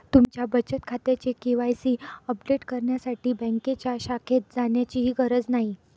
तुमच्या बचत खात्याचे के.वाय.सी अपडेट करण्यासाठी बँकेच्या शाखेत जाण्याचीही गरज नाही